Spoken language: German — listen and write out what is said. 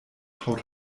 haut